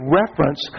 reference